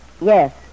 yes